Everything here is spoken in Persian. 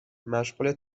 مشغول